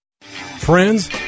Friends